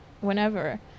whenever